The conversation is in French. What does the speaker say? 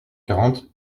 quarante